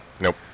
Nope